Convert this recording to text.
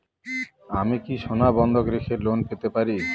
আমি কি সোনা বন্ধক রেখে লোন পেতে পারি?